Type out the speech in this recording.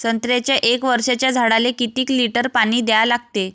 संत्र्याच्या एक वर्षाच्या झाडाले किती लिटर पाणी द्या लागते?